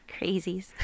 Crazies